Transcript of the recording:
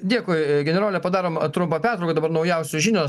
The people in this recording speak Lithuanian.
dėkui generole padarom trumpą pertrauką dabar naujausios žinios